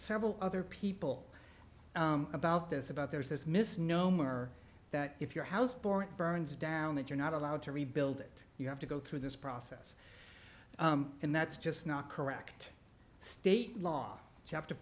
several other people about this about there's this misnomer that if your house bore it burns down that you're not allowed to rebuild it you have to go through this process and that's just not correct state law chapter